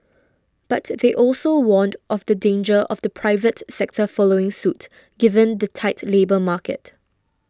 but they also warned of the danger of the private sector following suit given the tight labour market